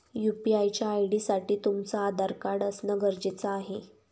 UPI च्या ID साठी तुमचं आधार कार्ड असण गरजेच आहे